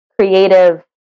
creative